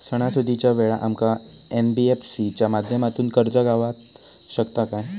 सणासुदीच्या वेळा आमका एन.बी.एफ.सी च्या माध्यमातून कर्ज गावात शकता काय?